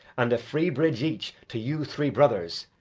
and a free bridge each to you three brothers,